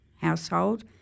household